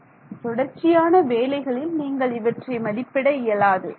மாணவர் தொடர்ச்சியான வேலைகளில் நீங்கள் இவற்றை மதிப்பிட இயலாது